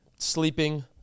sleeping